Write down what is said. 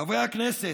חברי הכנסת,